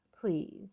please